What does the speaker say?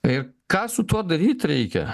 ką su tuo daryt reikia